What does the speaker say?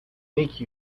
make